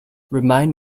remind